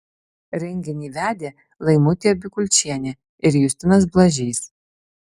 renginį vedė laimutė bikulčienė ir justinas blažys